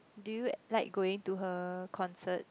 do you like going to her concert